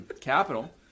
capital